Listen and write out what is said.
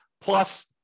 plus